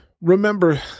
remember